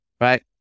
right